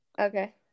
okay